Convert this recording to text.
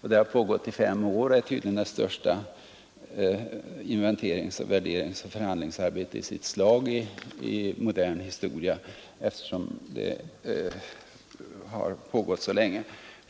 Detta har pågått i fem år och det är tydligen det största inventerings-, värderingsoch förhandlingsarbete i sitt slag i modern historia, eftersom det har pågått så länge